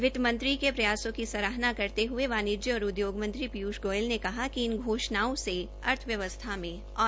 वितमंत्री के प्रयासों कर सराहना करते हये वाणिज्य और उद्योग मंत्री पीयूष गोयल ने कहा कि इन घोषणाओं से अर्थव्यवस्था में तेज़ी आयेगी